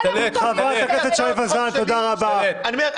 חברת הכנסת שי וזאן, תודה רבה.